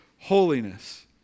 holiness